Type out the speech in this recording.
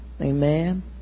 Amen